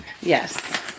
Yes